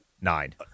nine